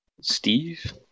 Steve